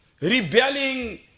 rebelling